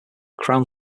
crown